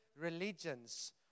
religions